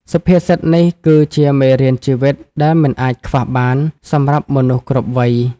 សុភាសិតនេះគឺជាមេរៀនជីវិតដែលមិនអាចខ្វះបាន សម្រាប់មនុស្សគ្រប់វ័យ។